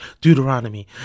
Deuteronomy